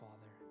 Father